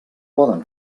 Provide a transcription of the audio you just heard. poden